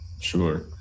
sure